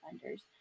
vendors